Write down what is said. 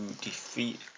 defeat